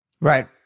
Right